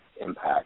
impact